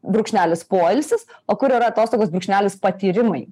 brūkšnelis poilsis o kur yra atostogos brūkšnelis patyrimai